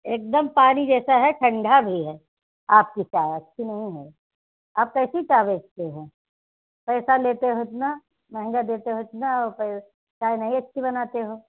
एक दम पानी जैसा है ठंढी भी है आपकी चाय अच्छी नहीं है आप कैसी बेचते हो पैसा लेते हो उतना महंगा देते हो उतना और पै चाय नहीं अच्छी बनाते हो